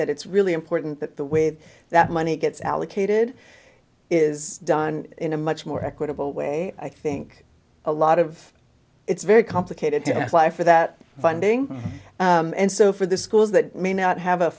that it's really important that the with that money go allocated is done in a much more equitable way i think a lot of it's very complicated to apply for that funding and so for the schools that may not have a